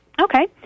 Okay